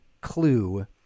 clue